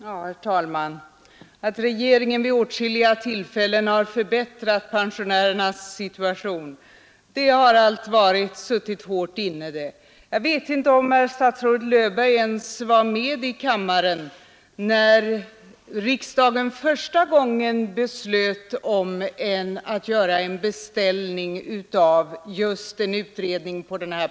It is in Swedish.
Herr talman! Herr statsrådet säger att regeringen vid åtskilliga tillfällen har förbättrat pensionärernas situation. Det har allt suttit hårt inne! Jag vet inte om herr statsrådet Löfberg ens var med i kammaren när Nr 149 riksdagen första gången beslöt att beställa en utredning om dessa frågor.